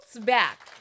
back